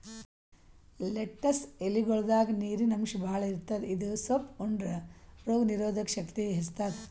lettuce ಎಲಿಗೊಳ್ದಾಗ್ ನೀರಿನ್ ಅಂಶ್ ಭಾಳ್ ಇರ್ತದ್ ಇದು ಸೊಪ್ಪ್ ಉಂಡ್ರ ರೋಗ್ ನೀರೊದಕ್ ಶಕ್ತಿ ಹೆಚ್ತಾದ್